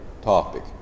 topic